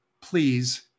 please